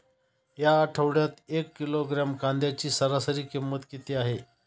या आठवड्यात एक किलोग्रॅम कांद्याची सरासरी किंमत किती आहे?